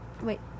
Wait